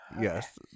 Yes